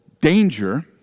danger